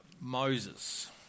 Moses